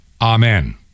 Amen